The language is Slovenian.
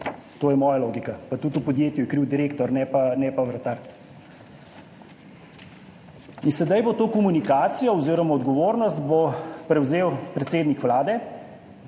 To je moja logika. Pa tudi v podjetju je kriv direktor, ne pa vratar. In sedaj bo to komunikacijo oziroma odgovornost prevzel predsednik Vlade,